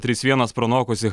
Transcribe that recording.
trys vienas pranokusi